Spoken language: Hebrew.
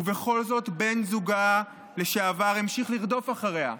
ובכל זאת בן זוגה לשעבר המשיך לרדוף אחריה.